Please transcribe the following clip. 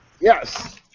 Yes